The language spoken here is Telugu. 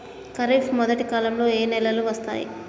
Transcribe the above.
ఖరీఫ్ మొదటి కాలంలో ఏ నెలలు వస్తాయి?